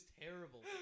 terrible